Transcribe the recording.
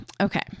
Okay